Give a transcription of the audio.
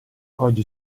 oggi